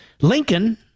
Lincoln